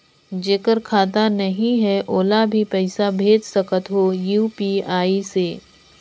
जेकर खाता नहीं है ओला भी पइसा भेज सकत हो यू.पी.आई से?